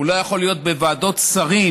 הוא לא יכול להיות בוועדות שרים,